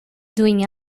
doing